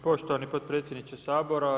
Poštovani potpredsjedniče Sabora.